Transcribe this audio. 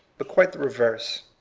but quite the reverse.